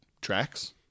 tracks